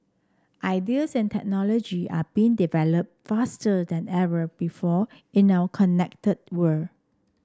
ideas and technology are being developed faster than ever before in our connected world